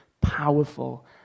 powerful